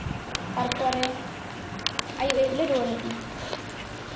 ᱛᱟᱨᱯᱚᱨᱮ ᱟᱹᱭᱩᱵ ᱟᱹᱭᱩᱵᱞᱮ ᱨᱩᱣᱟᱹᱲ ᱦᱮᱡ ᱮᱱᱟ